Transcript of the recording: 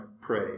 pray